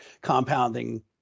compounding